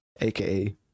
aka